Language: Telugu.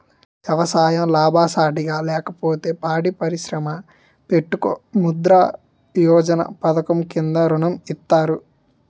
ఎవసాయం లాభసాటిగా లేకపోతే పాడి పరిశ్రమ పెట్టుకో ముద్రా యోజన పధకము కింద ఋణం ఇత్తారు